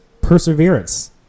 perseverance